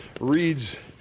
reads